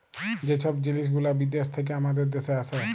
যে ছব জিলিস গুলা বিদ্যাস থ্যাইকে আমাদের দ্যাশে আসে